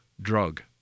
drug